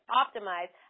optimize